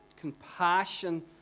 compassion